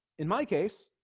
in my case